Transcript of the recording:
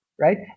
right